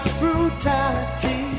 brutality